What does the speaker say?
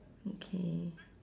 okay